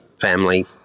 family